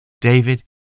David